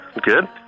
good